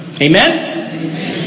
Amen